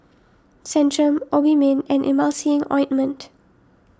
Centrum Obimin and Emulsying Ointment